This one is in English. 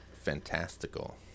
Fantastical